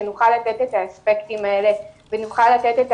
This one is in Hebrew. שנוכל לתת את האספקטים האלה ונוכל לתת את